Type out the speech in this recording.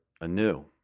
anew